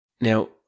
Now